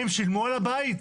הם שילמו על הבית?